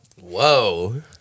Whoa